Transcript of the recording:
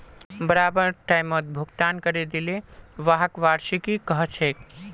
बराबर टाइमत भुगतान करे दिले व्हाक वार्षिकी कहछेक